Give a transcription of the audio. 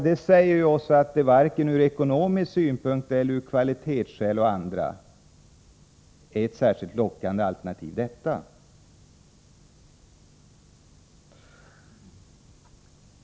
Detta säger ju oss att det varken ur ekonomiska synpunkter eller av kvalitativa eller andra skäl är ett särskilt lockande alternativ.